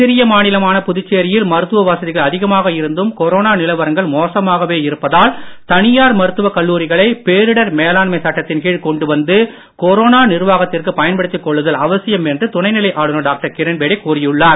சிறிய மாநிலமான புதுச்சேரியில் மருத்துவ வசதிகள் அதிகமாக இருந்தும் கொரோனா நிலவரங்கள் மோசமாகவே இருப்பதால் தனியார் மருத்துவக் கல்லூரிகளை பேரிடர் மேலாண்மை சட்டத்தின் கீழ் கொண்டு வந்து கொரோனா நிர்வாகத்திற்குப் பயன்படுத்திக் கொள்ளுதல் அவசியம் என்று துணைநிலை ஆளுநர் டாக்டர் கிரண்பேடி கூறியுள்ளார்